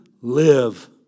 live